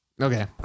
Okay